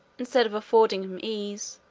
instead of affording him ease,